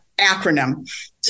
acronym